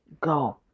go